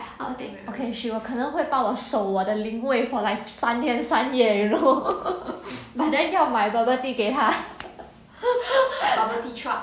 I think okay she will 可能会帮我守我的灵位 for like 三天三夜 you know but then 要买 bubble tea 给她